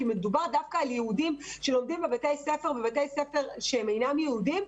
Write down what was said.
כי מדובר דווקא על יהודים שלומדים בבתי ספר שהם אינם יהודיים.